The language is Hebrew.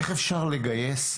איך אפשר לגייס?